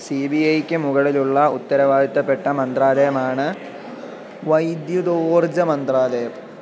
C B ഐക്ക് മുകളിലുള്ള ഉത്തരവാദിത്തപ്പെട്ട മന്ത്രാലയമാണ് വൈദ്യുതോർജ മന്ത്രാലയം